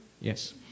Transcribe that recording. Yes